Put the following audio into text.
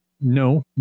No